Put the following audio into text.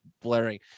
blaring